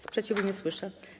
Sprzeciwu nie słyszę.